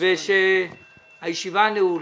הישיבה נעולה.